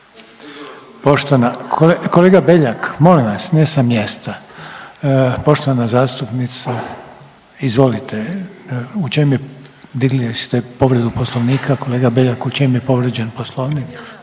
Poštovana, kolega Beljak molim vas ne sa mjesta. Poštovana zastupnica, izvolite u čem je, digli ste povredu Poslovnika kolega Beljak. U čem je povrijeđen Poslovnik?